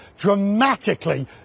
dramatically